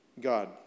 God